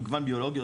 מגוון ביולוגי,